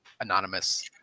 anonymous